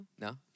No